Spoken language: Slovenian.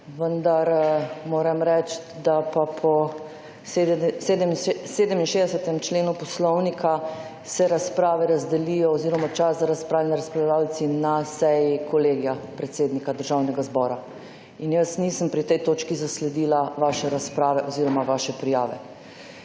vendar moram reči, da se po 67. členu poslovnika razprave razdelijo oziroma čas za razprave na seji Kolegija predsednika Državnega zbora. In jaz pri tej točki nisem zasledila vaše razprave oziroma vaše prijave.